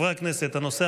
נתקבלה.